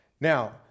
Now